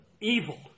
Evil